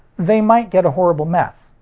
they might get a horrible mess.